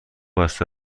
بسته